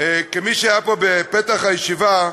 כמי שהיה פה בפתח הישיבה,